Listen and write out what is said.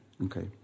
Okay